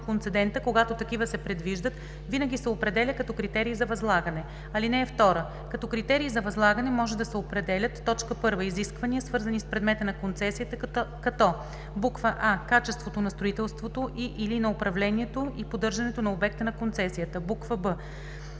когато такива се предвиждат, винаги се определя като критерий за възлагане. (2) Като критерии за възлагане може да се определят: 1. изисквания, свързани с предмета на концесията, като: а) качество на строителството и/или на управлението и поддържането на обекта на концесията; б)